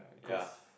ya